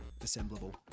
assemblable